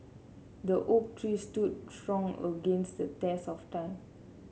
the oak tree stood strong against the test of time